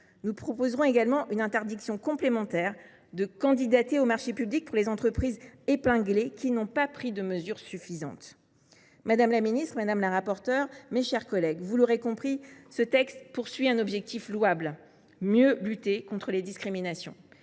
Nous proposerons également une interdiction complémentaire de candidater aux marchés publics pour les entreprises épinglées qui n’ont pas pris de mesures suffisantes. Madame la ministre, madame la rapporteure, mes chers collègues, vous l’aurez compris, l’objectif de ce texte est louable : il s’agit de mieux lutter contre les discriminations.